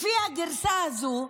לפי הגרסה הזו,